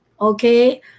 okay